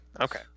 Okay